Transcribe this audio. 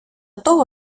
того